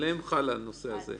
עליהם הנושא הזה חל.